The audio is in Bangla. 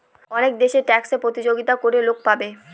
অনেক দেশে ট্যাক্সে প্রতিযোগিতা করে লোক পাবে